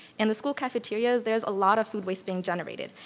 in the school cafeterias, there's a lot of food waste being generated.